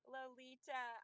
Lolita